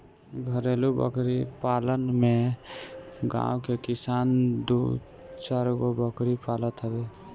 घरेलु बकरी पालन में गांव के किसान दू चारगो बकरी पालत हवे